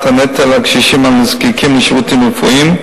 הנטל על קשישים הנזקקים לשירותים רפואיים,